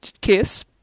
kiss